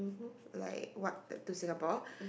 like what to Singapore